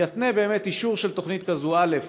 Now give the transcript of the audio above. יתנה באמת אישור של תוכנית כזו: א.